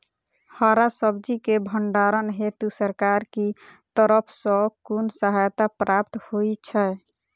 हरा सब्जी केँ भण्डारण हेतु सरकार की तरफ सँ कुन सहायता प्राप्त होइ छै?